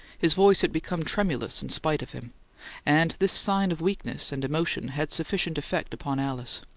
his voice had become tremulous in spite of him and this sign of weakness and emotion had sufficient effect upon alice.